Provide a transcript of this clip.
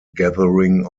gathering